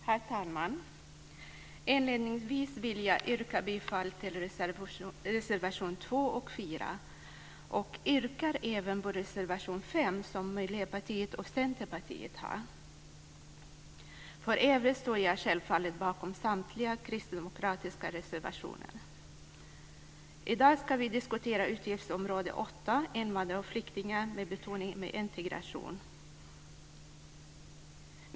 Herr talman! Inledningsvis yrkar jag bifall till reservationerna 2 och 4 liksom också till reservation 5 av Miljöpartiet och Centerpartiet. I övrigt står jag självfallet bakom samtliga kristdemokratiska reservationer. Vi ska i dag diskutera utgiftsområde 8 Invandrare och flyktingar, med betoning på integration.